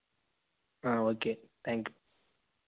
okay thank you